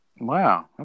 Wow